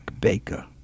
Baker